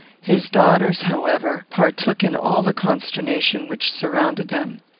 his daughters, however, partook in all the consternation which surrounded them.